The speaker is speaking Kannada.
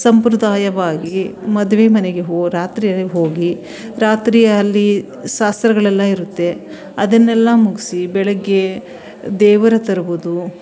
ಸಂಪ್ರದಾಯವಾಗಿ ಮದುವೆ ಮನೆಗೆ ಹೋ ರಾತ್ರಿ ಹೋಗಿ ರಾತ್ರಿ ಅಲ್ಲಿ ಶಾಸ್ತ್ರಗಳೆಲ್ಲ ಇರುತ್ತೆ ಅದನ್ನೆಲ್ಲ ಮುಗಿಸಿ ಬೆಳಗ್ಗೆ ದೇವರ ತರುವುದು